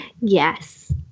Yes